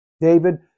David